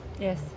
Yes